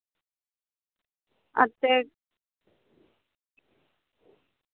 हां ते